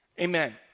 Amen